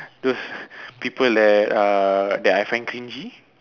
those people that uh that I find cringey